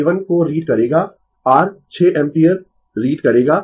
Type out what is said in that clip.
यह A 1 को read करेगा r 6 एम्पीयर रीड करेगा